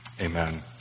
Amen